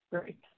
Great